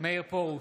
מאיר פרוש,